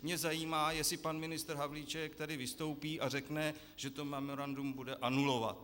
Mě zajímá, jestli pan ministr Havlíček tady vystoupí a řekne, že to memorandum bude anulovat.